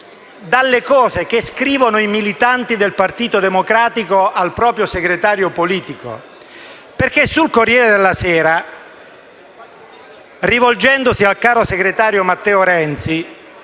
dalle cose che scrivono i militanti del Partito Democratico al proprio segretario politico. Sul «Corriere della sera», rivolgendosi al caro segretario Matteo Renzi,